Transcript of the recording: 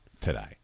today